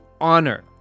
honor